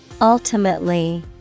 Ultimately